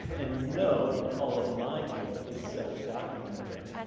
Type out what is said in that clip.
and you know all of my code is self-documenting.